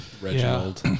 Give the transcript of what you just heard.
Reginald